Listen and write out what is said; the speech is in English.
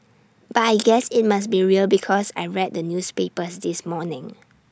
but I guess IT must be real because I read the newspapers this morning